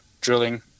drilling